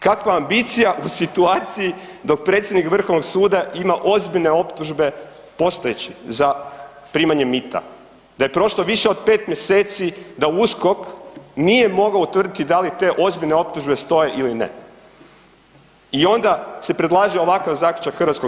Kakva ambicija u situaciji dok predsjednik Vrhovnog suda ima ozbiljne optužbe, postojeći, za primanje mita, da je prošlo više od pet mjeseci da USKOK nije mogao utvrditi da li te ozbiljne optužbe stoje ili ne i onda se predlaže ovakav zaključak HS-a?